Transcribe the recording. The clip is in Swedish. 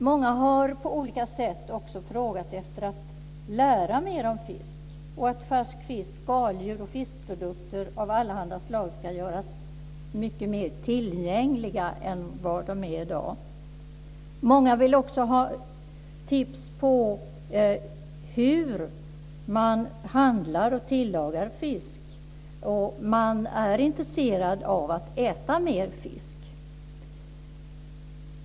Många har på olika sätt också frågat efter att lära mer om fisk och att färsk fisk, skaldjur och fiskprodukter av allehanda slag ska göras mycket mer tillgängliga än de är i dag. Många vill också ha tips på hur man handlar och tillagar fisk. Man är intresserad av att äta mer fisk.